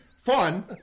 Fun